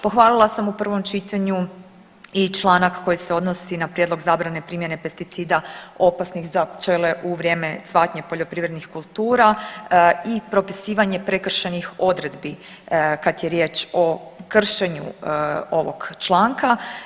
Pohvalila sam u prvom čitanju i članak koji se odnosi na prijedlog zabrane primjene pesticida opasnih za pčele u vrijeme cvatnje poljoprivrednih kultura i propisivanje prekršajnih odredbi kad je riječ o kršenju ovog članka.